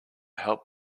help